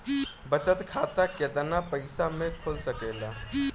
बचत खाता केतना पइसा मे खुल सकेला?